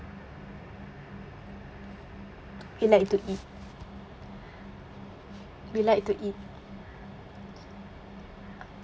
we like to eat we like to eat